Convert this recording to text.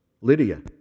Lydia